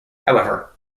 however